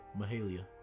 Mahalia